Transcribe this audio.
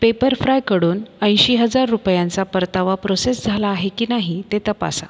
पेपरफ्राय कडून ऐंशी हजार रुपयांचा परतावा प्रोसेस झाला आहे की नाही ते तपासा